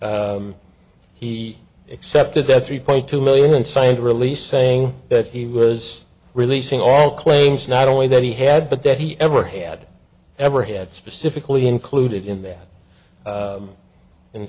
shares he accepted that three point two million signed a release saying that he was releasing all claims not only that he had but that he ever had ever had specifically included in that